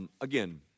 Again